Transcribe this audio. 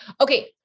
Okay